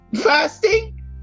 fasting